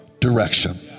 direction